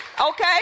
Okay